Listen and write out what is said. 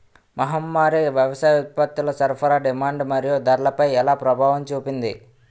మహమ్మారి వ్యవసాయ ఉత్పత్తుల సరఫరా డిమాండ్ మరియు ధరలపై ఎలా ప్రభావం చూపింది?